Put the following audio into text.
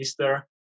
Mr